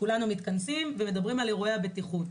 כולנו מתכנסים ומדברים על אירועי הבטיחות.